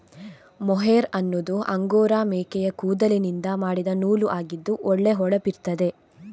mohair ಅನ್ನುದು angora ಮೇಕೆಯ ಕೂದಲಿನಿಂದ ಮಾಡಿದ ನೂಲು ಆಗಿದ್ದು ಒಳ್ಳೆ ಹೊಳಪಿರ್ತದೆ